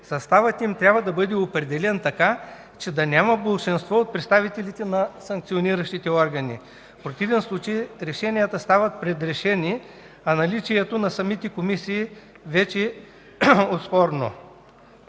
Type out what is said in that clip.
съставът им трябва да бъде определен така, че да няма болшинство от представителите на санкциониращите органи. В противен случай решенията стават предрешени, а наличието на самите комисии вече е спорно.